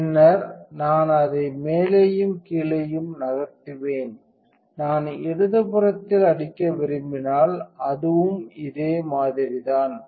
பின்னர் நான் அதை மேலேயும் கீழேயும் நகர்த்துவேன் நான் இடதுபுறத்தில் அடிக்க விரும்பினால் அதுவும் இதே மாதிரிதான்